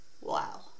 Wow